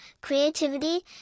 creativity